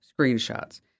screenshots